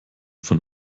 von